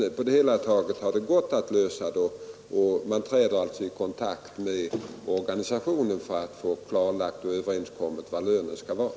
Men på det hela taget har det gått att lösa frågan genom att träda i kontakt med organisationen för att få klarlagt och överenskommet vad lönen skall vara.